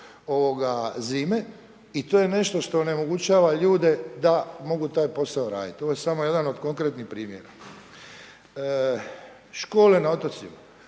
preko zime i to je nešto što onemogućava ljude da mogu taj posao raditi. Ovo je samo jedan od konkretnih primjera. Škole na otocima,